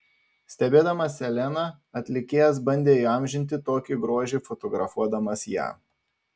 stebėdamas seleną atlikėjas bandė įamžinti tokį grožį fotografuodamas ją